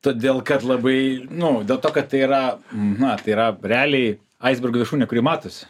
todėl kad labai nu dėl to kad tai yra na tai yra realiai aisbergo viršūnė kuri matosi